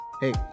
hey